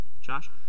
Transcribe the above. Josh